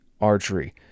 Archery